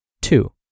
Two